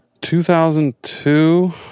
2002